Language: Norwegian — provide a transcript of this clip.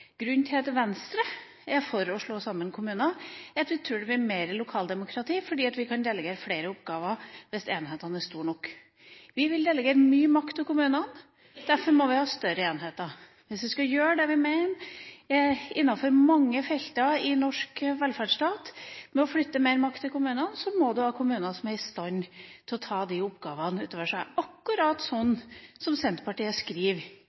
Grunnen til at Venstre er for å slå sammen kommuner, er at vi tror det blir mer lokaldemokrati fordi vi kan delegere flere oppgaver hvis enhetene er store nok. Vi vil delegere mye makt til kommunene, derfor må vi ha større enheter. Hvis vi skal gjøre det vi mener – innenfor mange felter i den norske velferdsstaten – med å flytte mer makt til kommunene, må vi ha kommuner som er i stand til å ta de oppgavene, akkurat slik som Senterpartiet skriver